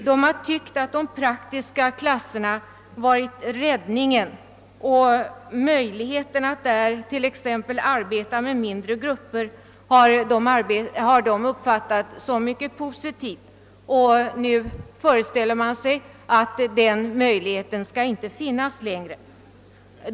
De har ansett att klasserna med praktiska ämnen varit räddningen. Möjligheten att där t.ex. arbeta med mindre grupper har lärarna uppfattat som något mycket positivt. Nu föreställer man sig att den möjligheten inte längre skall finnas.